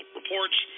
reports